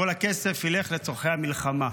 כל הכסף ילך לצורכי המלחמה.